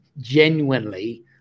genuinely